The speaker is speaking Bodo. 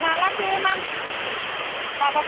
माब्लाथो नांगौ माबाखौ